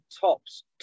Tops